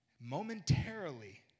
momentarily